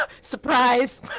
Surprise